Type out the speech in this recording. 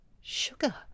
sugar